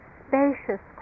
spacious